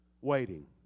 Waiting